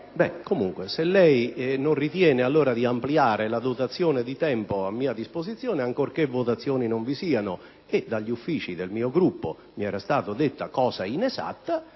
*(PdL)*. Se lei non ritiene di ampliare la dotazione di tempo a mia disposizione, ancorché votazioni non vi siano e dagli uffici del mio Gruppo mi sia stata detta cosa inesatta,